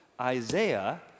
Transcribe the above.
Isaiah